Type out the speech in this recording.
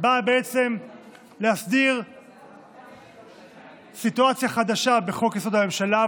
באה בעצם להסדיר סיטואציה חדשה בחוק-יסוד: הממשלה,